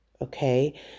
okay